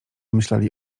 myśleli